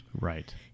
right